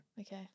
Okay